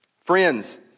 Friends